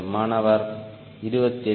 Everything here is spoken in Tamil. மாணவர் 28